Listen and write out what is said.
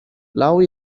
love